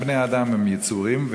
גם בני-האדם הם יצורים,